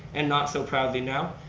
and not so proudly now.